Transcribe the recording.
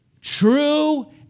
true